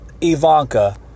Ivanka